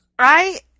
Right